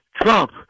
Trump